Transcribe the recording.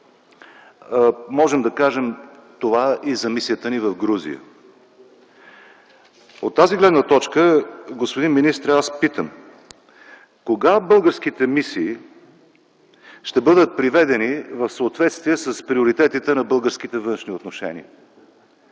можем да кажем и за мисията ни в Грузия. От тази гледна точка, господин министър, аз питам: Кога българските мисии ще бъдат приведени в съответствие с приоритетите на българските външни отношения?